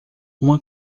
uma